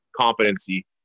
competency